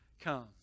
come